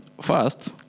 first